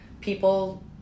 People